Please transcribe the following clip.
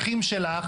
אחים שלך.